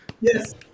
Yes